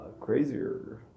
crazier